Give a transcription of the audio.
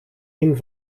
een